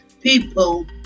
people